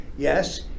Yes